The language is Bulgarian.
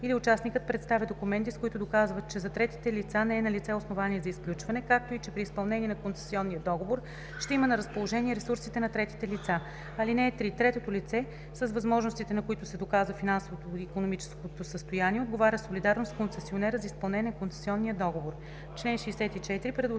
или участникът представя документи, с които доказва, че за третите лица не е налице основание за изключване, както и че при изпълнението на концесионния договор ще има на разположение ресурсите на третите лица. (3) Третото лице, с възможностите на които се доказва финансовото и икономическото състояние, отговаря солидарно с концесионера за изпълнението на концесионния договор.“